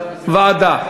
ועדה.